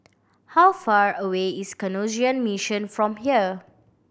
how far away is Canossian Mission from here